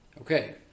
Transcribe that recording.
Okay